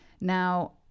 Now